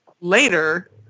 later